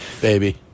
baby